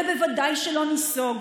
ובוודאי שלא ניסוג,